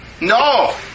No